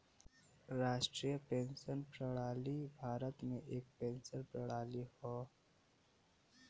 राष्ट्रीय पेंशन प्रणाली भारत में एक पेंशन प्रणाली हौ